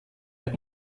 auch